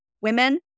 women